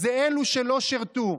הם אלו שלא שירתו,